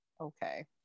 okay